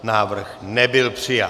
Návrh nebyl přijat.